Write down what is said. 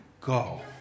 go